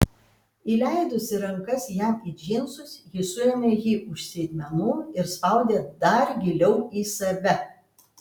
įleidusi rankas jam į džinsus ji suėmė jį už sėdmenų ir spaudė dar giliau į save